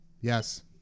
Yes